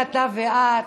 אימא ואבא, אני אתה ואת.